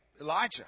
Elijah